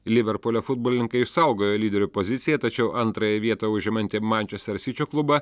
liverpulio futbolininkai išsaugojo lyderių poziciją tačiau antrąją vietą užimantį manchester sičio klubą